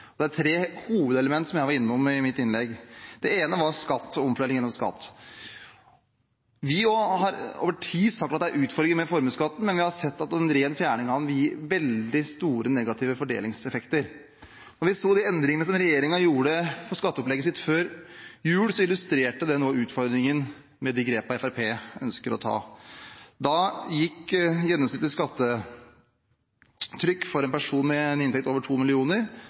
Det er tre hovedelementer, som jeg var innom i mitt innlegg. Det ene er omfordeling gjennom skatt. Vi har over tid sagt at det er utfordringer med formuesskatten, men vi har sett at en ren fjerning av den vil gi veldig store, negative fordelingseffekter. De endringene som regjeringen gjorde i skatteopplegget sitt før jul, illustrerte utfordringen med de grepene Fremskrittspartiet ønsker å ta. Gjennomsnittlig skattetrykk for en person med en inntekt på over